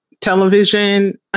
television